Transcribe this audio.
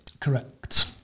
Correct